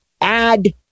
add